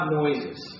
noises